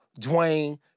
Dwayne